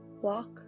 Walk